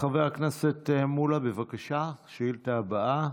חבר הכנסת מולא, בבקשה, השאילתה הבאה: